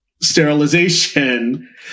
sterilization